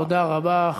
תודה רבה.